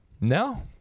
No